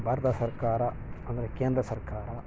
ಭಾರತ ಸರ್ಕಾರ ಅಂದರೆ ಕೇಂದ್ರ ಸರ್ಕಾರ